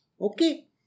Okay